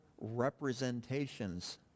representations